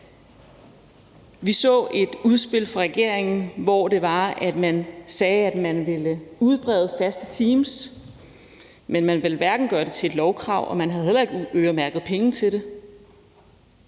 Vi så et udspil fra regeringen, hvor man sagde, at man ville udbrede faste teams, men man ville ikke gøre det til et lovkrav, og man havde heller ikke øremærket penge til det.